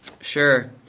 Sure